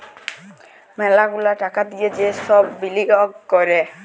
ম্যালা গুলা টাকা দিয়ে যে সব বিলিয়গ ক্যরে